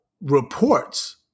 reports